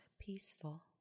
peaceful